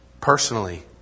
personally